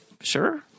Sure